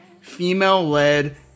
female-led